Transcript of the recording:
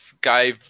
guy